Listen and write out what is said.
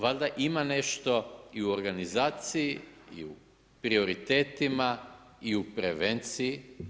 Valjda ima nešto i u organizaciji i u prioritetima i u prevenciji.